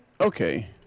Okay